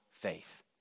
faith